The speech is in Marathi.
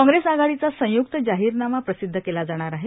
कॉग्रेस आघाडीचा संयुक्त जाहिरनामा प्रसिद्ध केला जाणार आहे